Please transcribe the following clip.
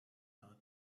your